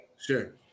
sure